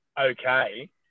okay